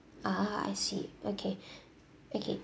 ah I see okay okay